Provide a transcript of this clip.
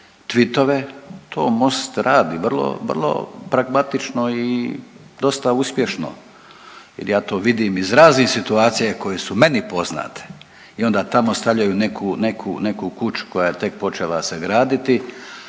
twittove, to Most radi vrlo, vrlo pragmatično i dosta uspješno jer ja to vidim iz raznih situacija koje su meni poznate i onda tamo stavljaju neku, neku, neku kuću koja je tek počela se graditi,